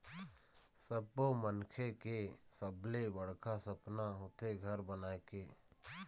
सब्बो मनखे के सबले बड़का सपना होथे घर बनाए के